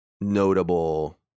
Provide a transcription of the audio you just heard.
notable